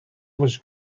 was